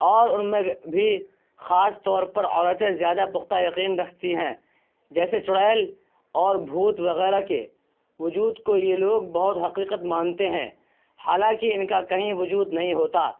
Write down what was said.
اور ان میں بھی خاص طور پر عورتیں زیادہ پختہ یقین رکھتی ہیں جیسے چڑیل اور بھوت وغیرہ کے وجود کو یہ لوگ بہت حقیقت مانتے ہیں حالانکہ ان کا کہیں وجود نہیں ہوتا